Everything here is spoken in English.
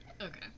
Okay